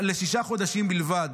לשישה חודשים בלבד.